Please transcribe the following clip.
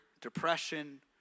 depression